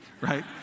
right